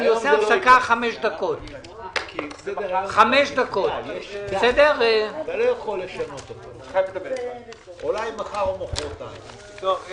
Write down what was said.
הישיבה ננעלה בשעה 12:10.